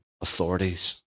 authorities